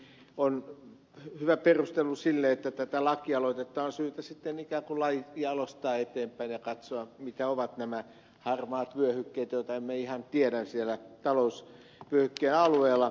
perkiö totesi on hyvä perustelu sille että tätä lakialoitetta on syytä ikään kuin jalostaa eteenpäin ja katsoa mitkä ovat nämä harmaat vyöhykkeet joita emme ihan tiedä siellä talousvyöhykkeen alueella